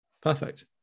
perfect